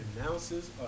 announces